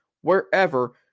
wherever